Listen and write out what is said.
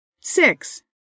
Six